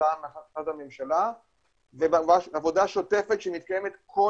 כתוצאה מהחלטת הממשלה ובעבודה שוטפת שמתקיימת כל